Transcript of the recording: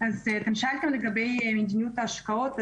אז אתם שאלתם לגבי מדיניות ההשקעות,